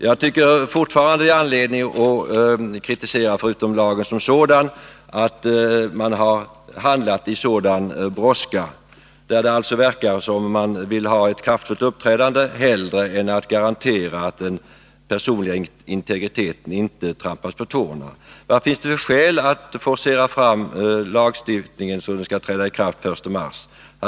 Jag tycker fortfarande att det finns anledning att kritisera — förutom lagen som sådan — att man har handlat i sådan brådska. Det verkar som om man finner det viktigare att visa ett kraftfullt uppträdande än att se till att den personliga integriteten inte trampas på tårna. Vad finns det för skäl att forcera fram lagstiftningen till att träda i kraft den 1 mars?